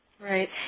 Right